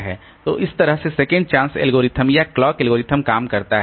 तो इस तरह से सेकंड चांस एल्गोरिथम या क्लॉक एल्गोरिदम काम करता है